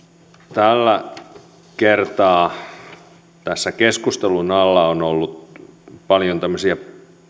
tällä kertaa tässä keskustelun alla on ollut paljon tämmöisiä